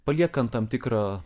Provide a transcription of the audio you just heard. paliekant tam tikrą